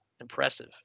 impressive